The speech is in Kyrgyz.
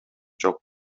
жок